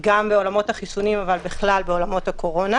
גם בעולמות החיסונים אבל בכלל בעולמות הקורונה.